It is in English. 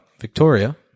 Victoria